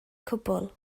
cwbl